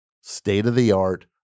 state-of-the-art